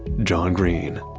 john green